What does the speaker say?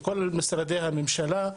בכל משרדי הממשלה,